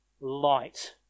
light